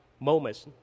moments